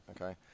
okay